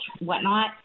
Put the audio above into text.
whatnot